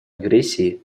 агрессии